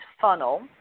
funnel